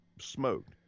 smoked